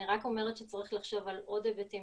אני רק אומרת שצריך לחשוב על עוד היבטים